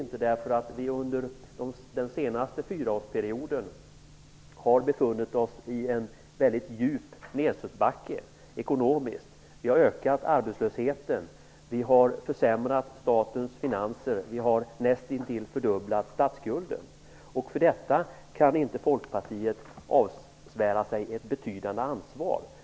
Det beror på att vi under den senaste fyraårsperioden har befunnit oss i en mycket djup nedförsbacke ekonomiskt. Arbetslösheten har ökat, statens finanser har försämrats och statsskulden har näst intill fördubblats. För detta kan Folkpartiet inte avsvära sig ett betydande ansvar.